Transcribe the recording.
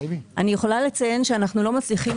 אני יכולה לציין שאנחנו לא מצליחים